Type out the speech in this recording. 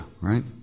Right